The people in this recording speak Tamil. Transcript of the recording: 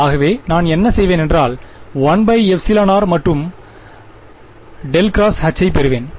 ஆகவே நான் என்ன செய்வேன் என்றாள் 1rமற்றும் ∇×H ஐ பெறுவேன்